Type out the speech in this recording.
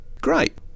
Great